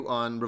on